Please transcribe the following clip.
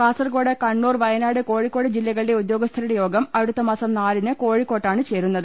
കാസർക്കോട് കണ്ണൂർ വയനാട് കോഴിക്കോട് ജില്ലകളിലെ ഉദ്യോസ്ഥരുടെ യോഗ്ം അടുത്തമാസം നാലിന് കോഴിക്കാട്ടാണ് ചേരുന്നത്